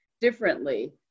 differently